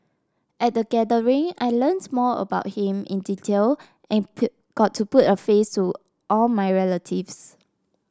at the gathering I learnt more about him in detail and got to put a face to all my relatives